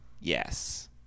Yes